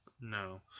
No